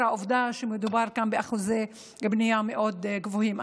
העובדה שמדובר באחוזי בנייה מאוד גבוהים.